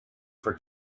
for